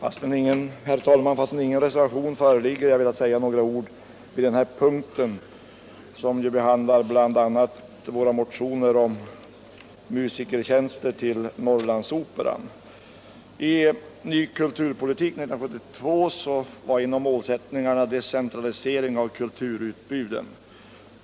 Herr talman! Fastän ingen reservation föreligger vill jag säga några ord vid den här punkten, som ju behandlar bl.a. våra motioner om musikertjänster till Norrlandsoperan. I utredningen Ny kulturpolitik, 1972, var en av målsättningarna decentralisering av kulturutbudet.